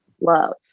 love